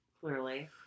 Clearly